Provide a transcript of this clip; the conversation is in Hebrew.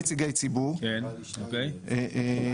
הציבור, כשאת